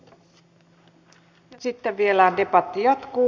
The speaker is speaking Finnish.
ja sitten debatti vielä jatkuu